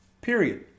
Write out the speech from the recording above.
Period